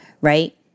Right